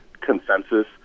consensus